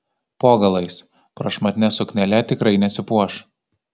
po galais prašmatnia suknele tikrai nesipuoš